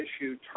issue